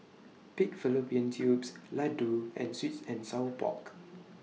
Pig Fallopian Tubes Laddu and Sweet and Sour Pork